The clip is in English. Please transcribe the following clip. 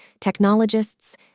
technologists